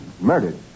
murdered